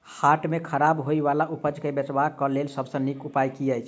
हाट मे खराब होय बला उपज केँ बेचबाक क लेल सबसँ नीक उपाय की अछि?